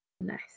Nice